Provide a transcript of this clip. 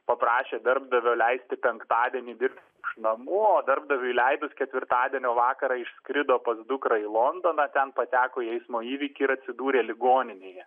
paprašė darbdavio leisti penktadienį dirbti namų o darbdaviui leidus ketvirtadienio vakarą išskrido pas dukrą į londoną ten pateko į eismo įvykį ir atsidūrė ligoninėje